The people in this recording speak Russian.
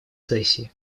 сессии